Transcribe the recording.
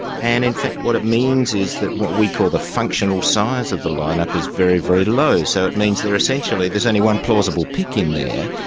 and in fact what it means is that what we call the functional size of the line-up is very, very low. so it means they're essentially, there's only one plausible pick in there,